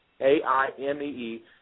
A-I-M-E-E